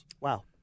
Wow